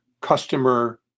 customer